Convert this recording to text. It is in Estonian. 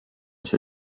see